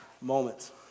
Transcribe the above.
moments